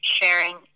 sharing